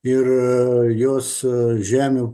ir jos žemių